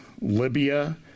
Libya